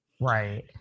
Right